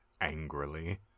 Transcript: angrily